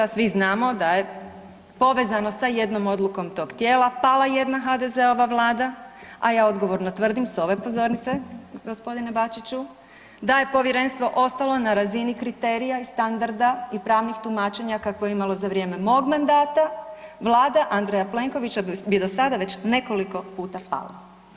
Svi znamo da je povezano sa jednom odlukom tog tijela pala jedna HDZ-ova Vlada, a ja odgovorno tvrdim sa ove pozornice gospodine Bačiću da je Povjerenstvo ostalo na razini kriterija, i standarda i pravnih tumačenja kakvo je imalo za vrijeme mog mandata Vlada Andreja Plenkovića bi do sada nekoliko puta pala.